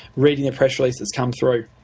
reading the press release that's come through.